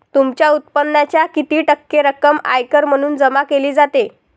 तुमच्या उत्पन्नाच्या किती टक्के रक्कम आयकर म्हणून जमा केली जाते?